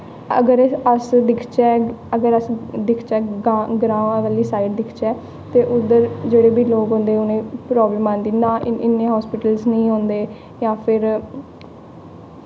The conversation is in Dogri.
अगर अस दिखचै अगर अस दिखचै ग्रांऽ वाली साइड दिखचै ते उद्धर जेह्ड़े बी लोक होंदे उ'नें प्राब्लम आंदी नां इन्ने हस्पिटल नेईं होंदे जां फिर